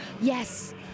yes